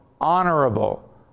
honorable